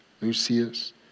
Lucius